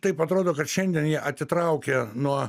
taip atrodo kad šiandien jie atitraukia nuo